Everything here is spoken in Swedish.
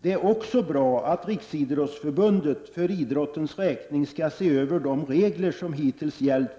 Det är också bra att Riksidrottsförbundet, för idrottens räkning, skall se över de regler som hittills gällt